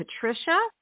Patricia